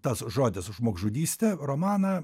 tas žodis žmogžudystė romaną